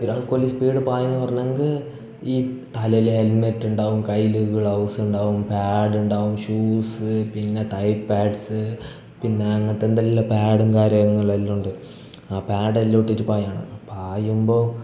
Virat Kohli speed പായുന്നു പറഞ്ഞെങ്കിൽ ഈ തലയിൽ ഹെൽമെറ്റുണ്ടാവും കയ്യിൽ ഗ്ലൗസ്സുണ്ടാവും പാഡ്ഡുണ്ടാവും ഷൂസ്സ് പിന്നെ തൈ പാഡ്സ് പിന്നെ അങ്ങനത്തെ എന്തെല്ലാം പാഡും കാര്യങ്ങളെല്ലാം ഉണ്ട് ആ പാഡെല്ല ഇട്ടിട്ട് പായണം പായുമ്പോൾ